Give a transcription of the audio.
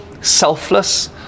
selfless